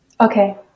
Okay